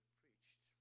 preached